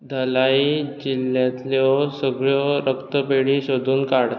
धलाई जिल्ल्यांतल्यो सगळ्यो रक्तपेढी सोदून काड